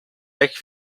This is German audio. weg